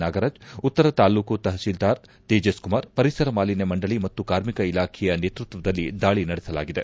ನಾಗರಾಜ್ ಉತ್ತರ ತಾಲ್ಲೂಕು ತಪಶೀಲ್ದಾರ್ ತೇಜಸ್ಕುಮಾರ್ ಪರಿಸರ ಮಾಲಿನ್ಯ ಮಂಡಳಿ ಮತ್ತು ಕಾರ್ಮಿಕ ಇಲಾಖೆಯ ನೇತೃತ್ವದಲ್ಲಿ ದಾಳಿ ನಡೆಸಲಾಗಿದೆ